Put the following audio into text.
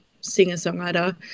singer-songwriter